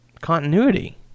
continuity